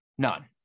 None